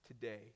today